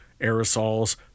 aerosols